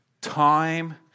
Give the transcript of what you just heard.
time